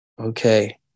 Okay